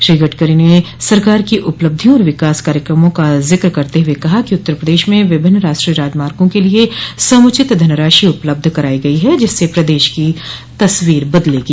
श्री गडकरी ने सरकार की उपलब्धियों और विकास कार्यक्रमों का जिक्र करते हुए कहा कि उत्तर प्रदेश में विभिन्न राष्ट्रीय राजमार्गो के लिए समूचित धनराशि उपलब्ध कराई गई है जिससे प्रदेश की तस्वीर बदलेगी